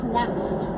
next